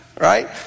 right